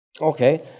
Okay